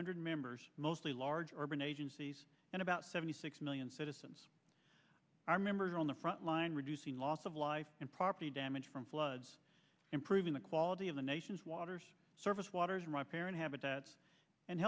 hundred members mostly large urban agencies and about seventy six million citizens are members on the front line reducing loss of life and property damage from floods improving the quality of the nation's water's surface waters and repair and habitats and